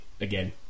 again